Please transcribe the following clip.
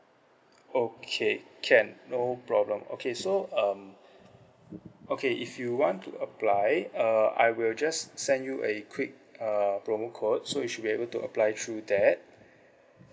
okay can no problem okay so um okay if you want to apply uh I will just send you a quick uh promo code so you should be able to apply through that